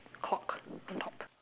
clock top